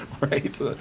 right